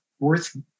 Worth